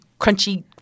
crunchy